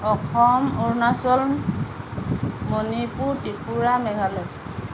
Assam Arunachal Manipur Tripura Meghalaya